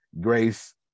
Grace